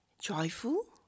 joyful